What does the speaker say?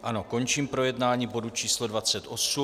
Ano, končím projednání bodu číslo 28.